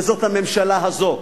וזאת הממשלה הזאת,